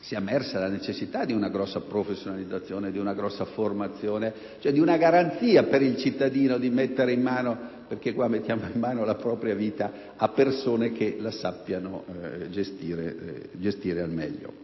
sia emersa la necessità di una grossa professionalizzazione, di una grossa formazione, cioè di una garanzia per il cittadino di mettere in mano (perché di questo si tratta) la propria vita a persone che la sappiano gestire al meglio.